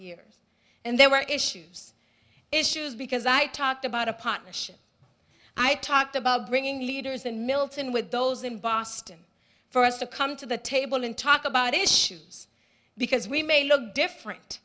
years and there were issues issues because i talked about a partnership i talked about bringing leaders in milton with those in boston for us to come to the table and talk about issues because we may look different